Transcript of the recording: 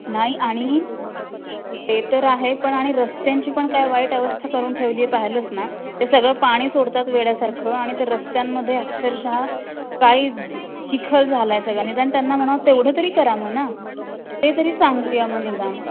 नाही आणि ते तर आहे पण आणि रस्त्यांची पण काय वाईट अवस्था करून ठेवली आहे पाहिलंस ना ते सगळं पाणी सोडतात वेड्यासारखं आणि ते रस्त्यांमध्ये अक्षरशः काही चिखल झाला आहे सगळा निदान त्यांना म्हणावं तेवढं तरी करा म्हणा ते तरी सांगूया मग निदान